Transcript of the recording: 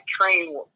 train